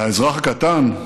האזרח הקטן,